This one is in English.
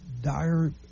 dire